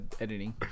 editing